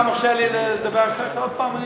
אתה מרשה לי לדבר אחר כך עוד פעם?